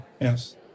Yes